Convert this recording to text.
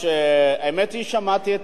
שמעתי את סגן השר,